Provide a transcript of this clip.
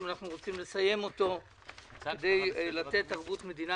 רוצים לסיים אותו כדי לתת ערבות מדינה.